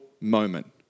moment